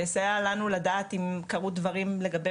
זה יסייע לנו לדעת אם קרו דברים לגבי